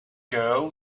girl